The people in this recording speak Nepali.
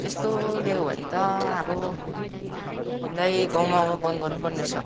त्यस्तो ल्यायौ भने त अब तिमीलाई गाउँमा आउनु बन्द गर्नुपर्ने रहेछ